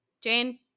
Jane